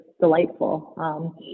delightful